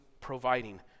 providing